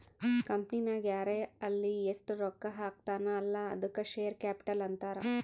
ಕಂಪನಿನಾಗ್ ಯಾರೇ ಆಲ್ಲಿ ಎಸ್ಟ್ ರೊಕ್ಕಾ ಹಾಕ್ತಾನ ಅಲ್ಲಾ ಅದ್ದುಕ ಶೇರ್ ಕ್ಯಾಪಿಟಲ್ ಅಂತಾರ್